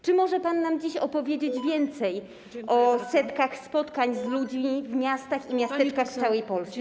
Czy może pan nam dziś opowiedzieć więcej o setkach spotkań z ludźmi w miastach i miasteczkach w całej Polsce?